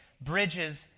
bridges